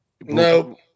No